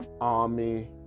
army